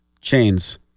Chains